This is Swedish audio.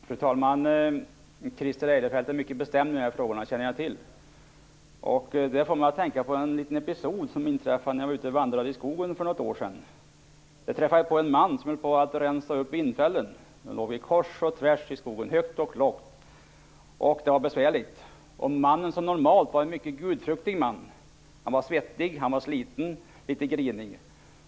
Fru talman! Christer Eirefelt är mycket bestämd i de här frågorna. Det känner jag till. Det får mig att tänka på en liten episod som inträffade när jag var ute och vandrade i skogen för något år sedan. Jag träffade på en man som höll på att rensa upp vindfällen. Träden låg kors och tvärs i skogen, högt och lågt. Det var besvärligt. Mannen, som normalt var en mycket gudfruktig man, var svettig, han var sliten och litet grinig.